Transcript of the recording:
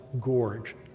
gorge